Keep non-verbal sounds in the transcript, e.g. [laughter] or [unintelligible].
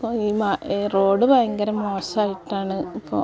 [unintelligible] ഈ മാ ഈ റോഡ് ഭയങ്കര മോശമായിട്ടാണ് ഇപ്പോൾ